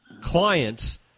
client's